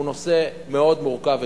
הוא נושא מאוד מורכב וקשה.